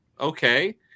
Okay